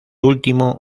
último